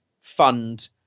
fund